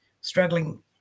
struggling